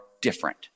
different